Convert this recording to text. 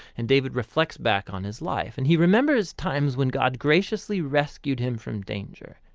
and david reflects back on his life and he remembers times when god graciously rescued him from danger,